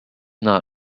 not